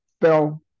fell